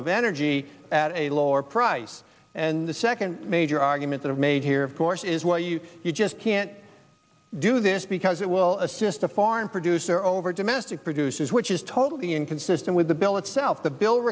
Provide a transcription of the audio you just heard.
of energy at a lower price and the second major argument that i've made here of course is well you just can't do this because it will assist a foreign producer over domestic producers which is totally inconsistent with the bill itself the bill